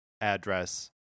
address